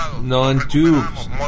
non-tubes